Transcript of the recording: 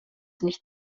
nicht